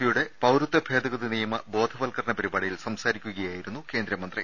പിയുടെ പൌരത്വ ഭേദഗതി നിയമ ബോധവത്കരണ പരിപാടിയിൽ സംസാരിക്കുകയായിരുന്നു കേന്ദ്ര മന്ത്രി